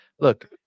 Look